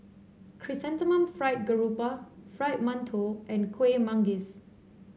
Chrysanthemum Fried Garoupa Fried Mantou and Kueh Manggis